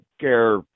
care